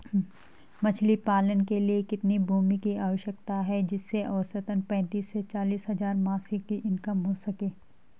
मछली पालन के लिए कितनी भूमि की आवश्यकता है जिससे औसतन पैंतीस से चालीस हज़ार मासिक इनकम हो सके?